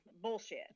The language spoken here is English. bullshit